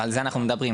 ועל זה אנחנו מדברים.